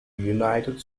united